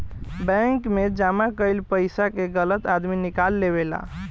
bank मे जमा कईल पइसा के गलत आदमी निकाल लेवेला